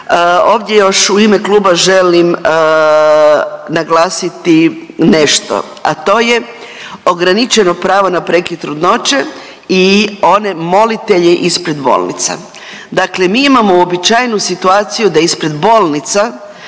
Ovdje još u ime kluba želim naglasiti nešto, a to je ograničeno pravo na prekid trudnoće i one molitelje ispred bolnica. Dakle, mi imamo uobičajenu situaciju da ispred bolnica